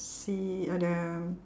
sea all the